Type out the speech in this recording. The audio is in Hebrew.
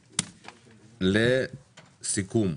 לסיכום,